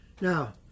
Now